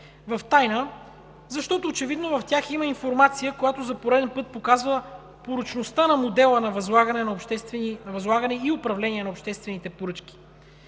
в тайна, защото очевидно в тях има информация, която за пореден път показва порочността на модела на възлагане и управление на обществените поръчки.